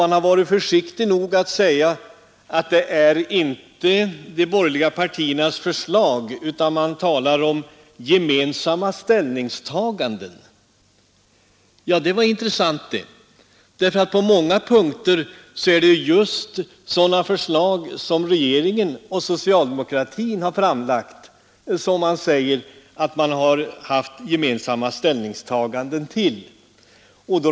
Man har varit försiktig nog att säga att det inte är de borgerliga partiernas förslag, utan man talar om gemensamma ställningsförslag som regeringen och socialdemokratin har framlagt och som man nu säger att man haft gemensamma ställningstaganden till.